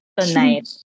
tonight